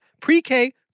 pre-K